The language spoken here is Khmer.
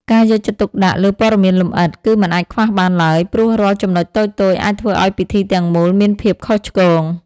ការយកចិត្តទុកដាក់លើព័ត៌មានលម្អិត គឺមិនអាចខ្វះបានឡើយ ព្រោះរាល់ចំណុចតូចៗអាចធ្វើឱ្យពិធីទាំងមូលមានភាពខុសឆ្គង។